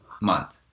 month